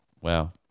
Wow